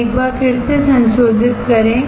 हम एक बार फिर से संशोधित करें